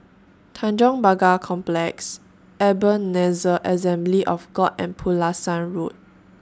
Tanjong Pagar Complex Ebenezer Assembly of God and Pulasan Road